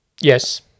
Yes